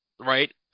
right